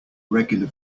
regular